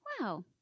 Wow